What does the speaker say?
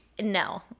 no